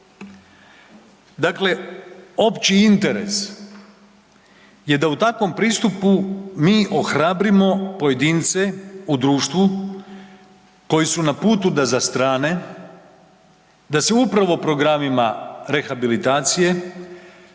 Dakle, opći interes je da u takvom pristupu mi ohrabrimo pojedince u društvu koji su na putu da zastrane, da se upravo programima rehabilitacije